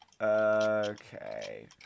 Okay